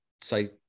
say